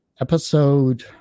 episode